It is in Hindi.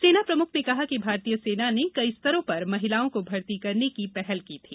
सेना प्रमुख ने कहा कि भारतीय सेना ने कई स्तरों पर महिलाओं को भर्ती करने की पहल की थी